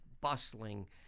bustling